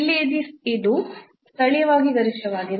ಇಲ್ಲಿ ಇದು ಸ್ಥಳೀಯವಾಗಿ ಗರಿಷ್ಠವಾಗಿದೆ